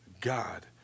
God